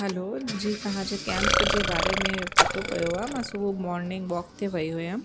hello ji तव्हांजे camp जे बारे में पतो पियो आहे मां सुबुह मॉर्निंग वॉक ते वई हुअमि